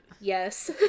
Yes